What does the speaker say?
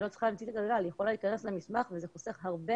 היא יכולה להיכנס למסמך וזה חוסך הרבה